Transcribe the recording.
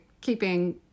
keeping